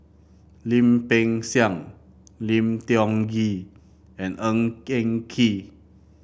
Lim Peng Siang Lim Tiong Ghee and Ng Eng Kee